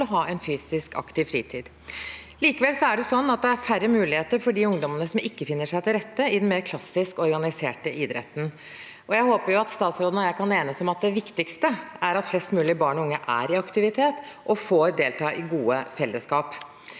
å ha en fysisk aktiv fritid. Likevel er det færre muligheter for de ungdommene som ikke finner seg til rette i den mer klassisk organiserte idretten. Jeg håper statsråden og jeg kan enes om at det viktigste er at flest mulig barn og unge er i aktivitet og får delta i gode felleskap.